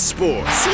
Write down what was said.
Sports